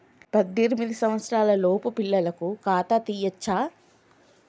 పద్దెనిమిది సంవత్సరాలలోపు పిల్లలకు ఖాతా తీయచ్చా?